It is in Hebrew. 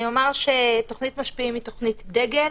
אני אומר שתוכנית משפיעים היא תוכנית דגל.